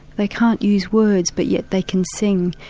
they can't use words but yet they can sing.